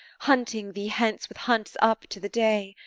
hunting thee hence with hunt's-up to the day.